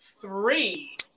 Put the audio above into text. three